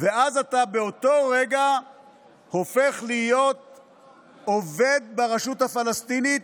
ואז אתה באותו רגע הופך להיות עובד ברשות הפלסטינית,